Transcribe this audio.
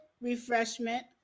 refreshment